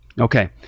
Okay